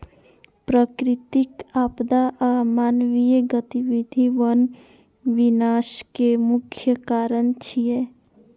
प्राकृतिक आपदा आ मानवीय गतिविधि वन विनाश के मुख्य कारण छियै